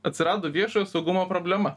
atsirado viešojo saugumo problema